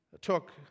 took